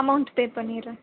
amount pay பண்ணிற்றேன்